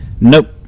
Nope